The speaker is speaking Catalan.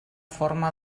forma